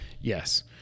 yes